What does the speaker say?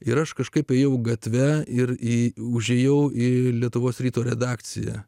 ir aš kažkaip ėjau gatve ir į užėjau į lietuvos ryto redakciją